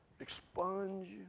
expunge